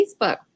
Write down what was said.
Facebook